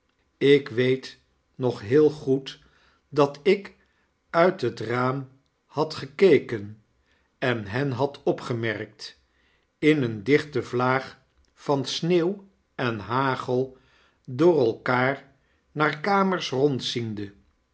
ik weet nog heel goed dat ik uit het raam had gekeken en hen had opgemerkt in eene dichte vlaag van sneeuw en hagel door elkaar naar kamers